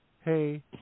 hey